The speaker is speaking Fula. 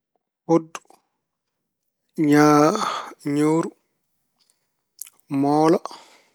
Ɓuddu, nyaa, nyuur, mole.